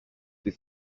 with